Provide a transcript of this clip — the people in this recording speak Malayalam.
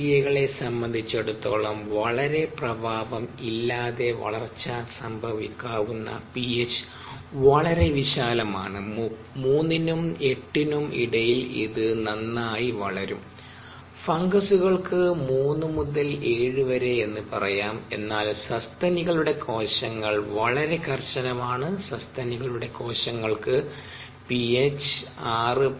ബാക്ടീരിയകളെ സംബന്ധിച്ചിടത്തോളം വളരെ പ്രഭാവം ഇല്ലാതെ വളർച്ച സംഭവിക്കാവുന്ന പിഎച്ച് വളരെ വിശാലമാണ് 3 നും 8 നും ഇടയിൽ ഇത് നന്നായി വളരും ഫംഗസുകൾക്ക് 3 മുതൽ 7 വരെ എന്ന് പറയാം എന്നാൽ സസ്തനികളുടെ കോശങ്ങൾ വളരെ കർശനമാണ് സസ്തനികളുടെ കോശങ്ങൾ ക്ക് പിഎച്ച് 6